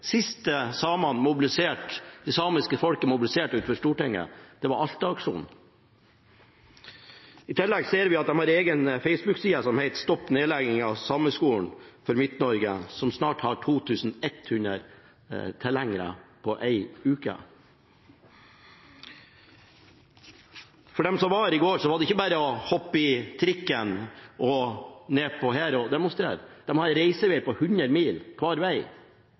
sist det samiske folket mobiliserte utenfor Stortinget, var ved Alta-aksjonen. I tillegg ser vi at de har en egen Facebook-side som heter Stopp nedleggingen av Sameskolen for Midt-Norge! – som snart har 2 100 tilhengere på en uke. For dem som var her i går, var det ikke bare å hoppe på trikken ned hit for å demonstrere – de har en reiseveg på 100 mil hver